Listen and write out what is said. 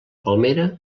palmera